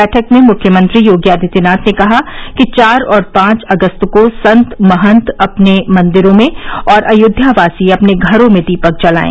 बैठक में मुख्यमंत्री योगी आदित्यनाथ ने कहा कि चार और पांच अगस्त को संत महंत अपने मंदिरों में और अयोध्यावासी अपने घरों में दीपक जलायें